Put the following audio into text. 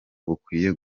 bukwiye